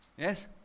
Yes